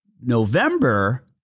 November